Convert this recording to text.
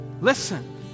Listen